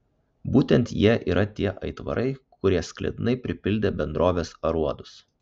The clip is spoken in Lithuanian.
būtent jie yra tie aitvarai kurie sklidinai pripildė bendrovės aruodus